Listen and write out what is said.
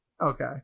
Okay